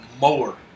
more